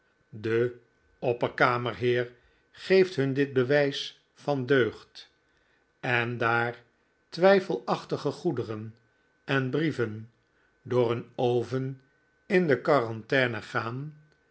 de opperkamerheer geeft hun dit bewijs van deugd en daar twijfelachtige goederen en brieven door een oven in de quarantaine gaan